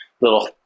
little